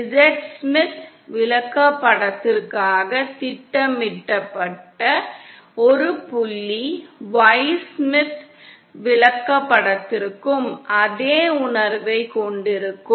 Z Smith விளக்கப்படத்திற்காக திட்டமிடப்பட்ட ஒரு புள்ளி Y ஸ்மித் விளக்கப்படத்திற்கும் அதே உணர்வைக் கொண்டிருக்கும்